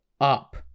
up